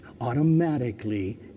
automatically